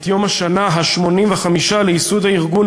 את יום השנה ה-85 לייסוד הארגון,